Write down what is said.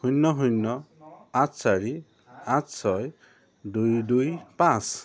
শূন্য শূন্য আঠ চাৰি আঠ ছয় দুই দুই পাঁচ